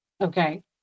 Okay